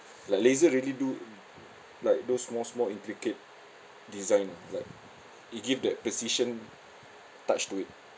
like laser really do like those small small intricate design ah like it give that precision touch to it